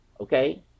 Okay